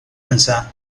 pensar